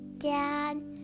Dad